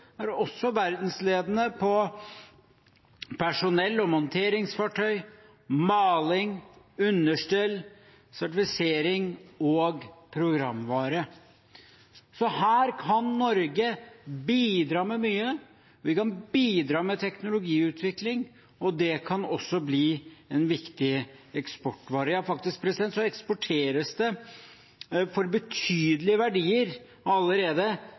er også verdensledende på personell- og monteringsfartøy, maling, understell, sertifisering og programvare. Så her kan Norge bidra med mye. Vi kan bidra med teknologiutvikling, og det kan også bli en viktig eksportvare. Ja, det eksporteres allerede for betydelige verdier